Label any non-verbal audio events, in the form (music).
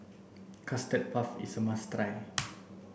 custard puff is a must (unintelligible)